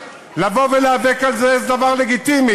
לבוא ולהיאבק על זה זה דבר לגיטימי,